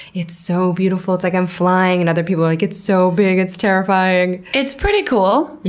it's so beautiful, it's like i'm flying! and other people are like, it's so big, it's terrifying! it's pretty cool.